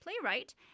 playwright